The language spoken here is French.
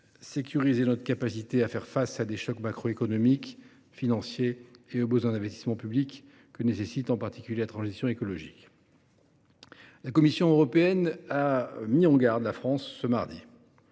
sécuriser notre capacité à faire face à des chocs macroéconomiques et financiers, ainsi qu’aux investissements publics qu’implique, notamment, la transition écologique. La Commission européenne a mis en garde la France ce mardi.